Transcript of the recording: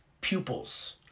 pupils